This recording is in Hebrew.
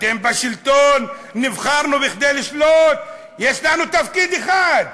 אתם בשלטון, נבחרנו כדי לשלוט, יש לנו תפקיד אחד: